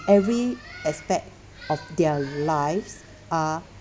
every aspect of their lives are